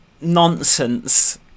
nonsense